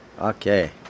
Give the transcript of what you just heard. Okay